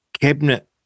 cabinet